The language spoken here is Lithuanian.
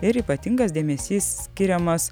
ir ypatingas dėmesys skiriamas